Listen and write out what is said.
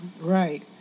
right